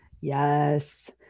Yes